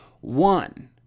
one